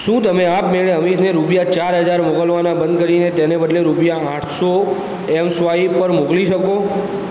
શું તમે આપમેળે અમીશને રૂપિયા ચાર હજાર મોકલવાના બંધ કરીને તેને બદલે રૂપિયા આઠસો એમસ્વાઈપ પર મોકલી શકો